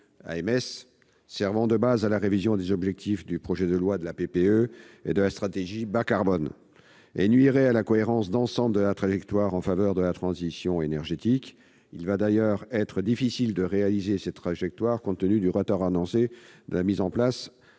AMS », servant de base à la révision des objectifs du projet de loi, de la PPE et de la Stratégie nationale bas-carbone, et nuirait à la cohérence d'ensemble de la trajectoire en faveur de la transition énergétique. Il va d'ailleurs être difficile de tenir cette trajectoire, compte tenu du retard annoncé dans la mise en service